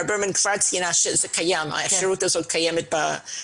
ברמן ציינה שהאפשרות הזאת כבר קיימת בארץ.